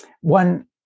one